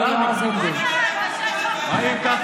בעד רם בן ברק, אינו נוכח